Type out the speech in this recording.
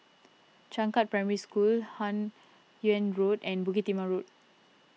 Changkat Primary School Hun Yeang Road and Bukit Timah Road